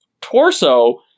torso